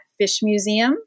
fishmuseum